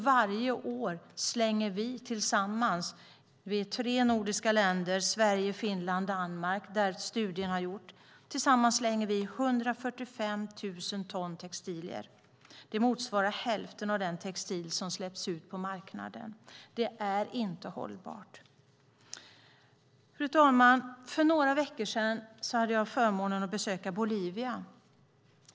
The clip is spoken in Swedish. Varje år slänger vi tillsammans i de tre nordiska länderna Sverige, Finland och Danmark, där studien gjorts, 145 000 ton textilier. Det motsvarar hälften av den textilmängd som släpps ut på marknaden. Det är inte hållbart. Fru talman! För några veckor sedan hade jag förmånen att besöka Bolivia.